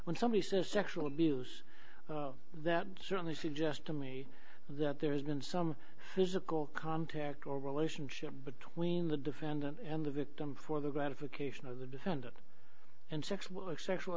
when somebody says sexual abuse that certainly suggests to me that there's been some physical contact or relationship between the defendant and the victim for the gratification of the defendant